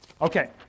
Okay